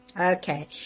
Okay